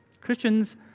Christians